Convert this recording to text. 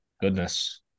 Goodness